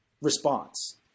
response